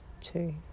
two